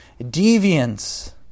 deviance